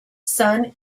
son